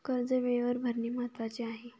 कर्ज वेळेवर भरणे महत्वाचे आहे